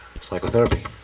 psychotherapy